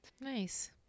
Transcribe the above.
nice